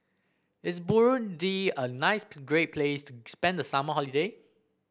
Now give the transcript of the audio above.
is Burundi a nice great place to spend the summer holiday